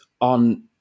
on